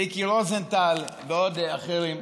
מיקי רוזנטל ואחרים,